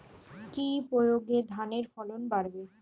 কি প্রয়গে ধানের ফলন বাড়বে?